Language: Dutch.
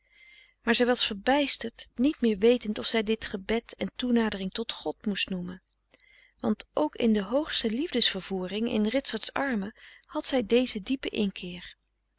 maar zij was verbijsterd niet meer wetend of zij dit gebed en toenadering tot god moest noemen want ook in de hoogste liefdes vervoering in ritsert's armen had zij dezen diepen inkeer